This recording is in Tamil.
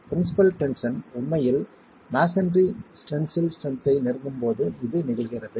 பிரின்ஸிபல் டென்ஷன் உண்மையில் மஸோன்றி டென்சில் ஸ்ட்ரென்த் ஐ நெருங்கும் போது இது நிகழ்கிறது